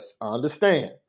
understand